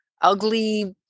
ugly